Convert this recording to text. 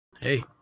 Hey